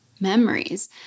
memories